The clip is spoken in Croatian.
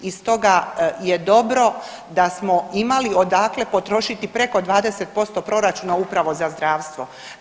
I stoga je dobro da smo imali odakle potrošiti preko 20% proračuna upravo za zdravstvo.